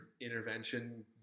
intervention